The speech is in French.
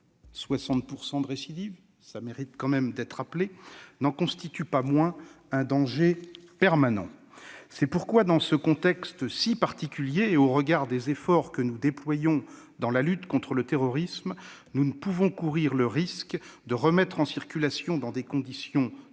taux de récidive de 60 % mérite tout de même d'être rappelé -, n'en constituent pas moins un danger permanent. C'est pourquoi, dans ce contexte si particulier, et au regard des efforts que nous déployons dans la lutte contre le terrorisme, nous ne pouvons courir le risque de remettre en circulation dans des conditions trop